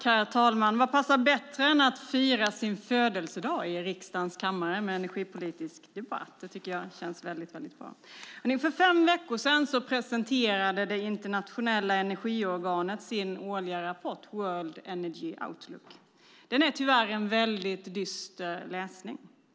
Herr talman! Vad passar bättre än att fira sin födelsedag i riksdagens kammare med en energipolitisk debatt? Det känns bra. För fem veckor sedan presenterade det internationella energiorganet sin årliga rapport World Energy Outlook . Den är tyvärr en dyster läsning.